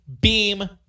beam